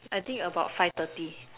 I think about five thirty